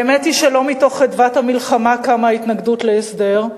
והאמת היא שלא מתוך חדוות המלחמה קמה ההתנגדות להסדר,